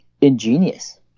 ingenious